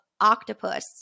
octopus